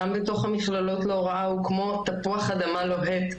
גם בתוך המכללות להוראה הוא כמו תפוח אדמה לוהט,